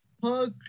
Park